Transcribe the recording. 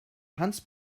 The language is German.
hans